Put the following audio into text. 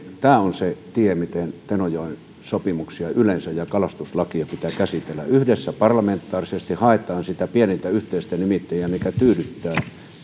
tämä on se tie miten tenojoen sopimuksia yleensä ja kalastuslakia pitää käsitellä yhdessä parlamentaarisesti haetaan sitä pienintä yhteistä nimittäjää mikä tyydyttää